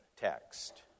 text